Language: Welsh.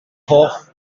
hoff